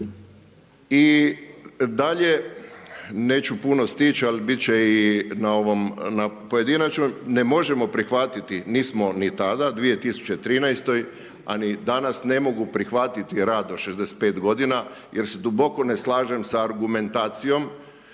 I dalje, neću puno stić ali bit će i na pojedinačnoj, ne možemo prihvatiti, nismo ni tada, 2013. a ni danas ne mogu prihvatiti rad do 65 g. jer se duboko ne slažem sa argumentacijom